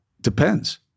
depends